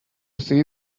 see